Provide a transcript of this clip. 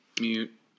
mute